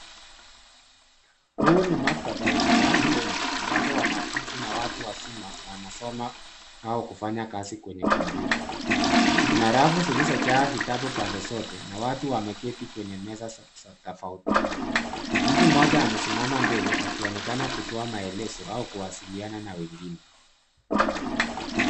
Huu ni maktaba yenye watu wengi ambapo wanafuzi na watu wazima wanasoma au kufanya kazi kwenye kompyuta. Kuna rafu zilizojaa vitabu pande zote na watu wameketi kwenye meza tofauti. Mtu mmoja amesimama mbele akionekana kutoa maelezo au kuwasiliana na wengine.